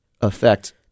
affect